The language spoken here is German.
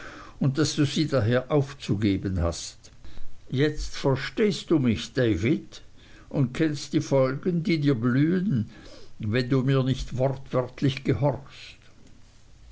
und daß du sie daher aufzugeben hast jetzt verstehst du mich david und kennst die folgen die dir blühen wenn du mir nicht wortwörtlich gehorchst